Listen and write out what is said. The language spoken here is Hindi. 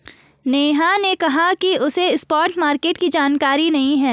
नेहा ने कहा कि उसे स्पॉट मार्केट की जानकारी नहीं है